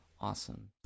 awesome